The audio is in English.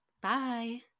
Bye